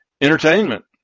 entertainment